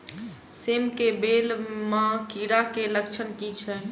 सेम कऽ बेल म कीड़ा केँ लक्षण की छै?